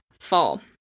fall